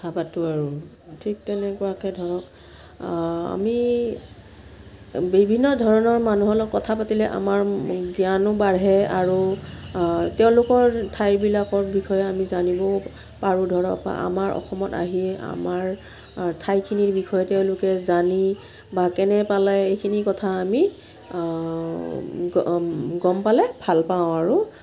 কথা পাতোঁ আৰু ঠিক তেনেকুৱাকে ধৰক আমি বিভিন্ন ধৰণৰ মানুহৰ লগত কথা পাতিলে আমাৰ জ্ঞানো বাঢ়ে আৰু তেওঁলোকৰ ঠাইবিলাকৰ বিষয়ে আমি জানিবও পাৰোঁ ধৰক আমাৰ অসমত আহি আমাৰ ঠাইখিনিৰ বিষয়ে তেওঁলোকে জানি বা কেনে পালে এইখিনি কথা আমি গম পালে ভাল পাওঁ আৰু